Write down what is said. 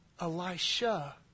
Elisha